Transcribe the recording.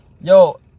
Yo